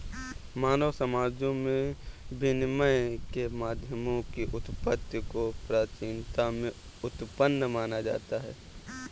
मानव समाजों में विनिमय के माध्यमों की उत्पत्ति को प्राचीनता में उत्पन्न माना जाता है